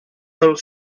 pel